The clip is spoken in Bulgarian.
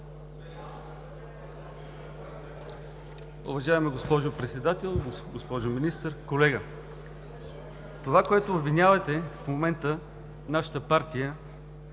Уважаема госпожо Председател, госпожо Министър! Колега, това, в което обвинявате в момента нашата партия,